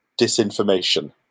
disinformation